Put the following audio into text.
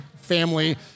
family